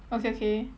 okay okay